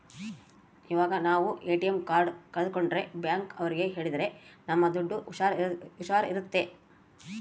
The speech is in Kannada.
ಇವಾಗ ನಾವ್ ಎ.ಟಿ.ಎಂ ಕಾರ್ಡ್ ಕಲ್ಕೊಂಡ್ರೆ ಬ್ಯಾಂಕ್ ಅವ್ರಿಗೆ ಹೇಳಿದ್ರ ನಮ್ ದುಡ್ಡು ಹುಷಾರ್ ಇರುತ್ತೆ